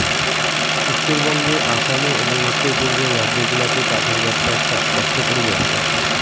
উত্তরবঙ্গে আসামে এবং উত্তর পূর্বের রাজ্যগুলাতে কাঠের ব্যবসা একটা অর্থকরী ব্যবসা